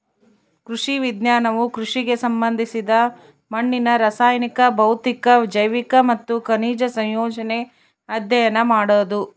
ಕೃಷಿ ವಿಜ್ಞಾನವು ಕೃಷಿಗೆ ಸಂಬಂಧಿಸಿದ ಮಣ್ಣಿನ ರಾಸಾಯನಿಕ ಭೌತಿಕ ಜೈವಿಕ ಮತ್ತು ಖನಿಜ ಸಂಯೋಜನೆ ಅಧ್ಯಯನ ಮಾಡೋದು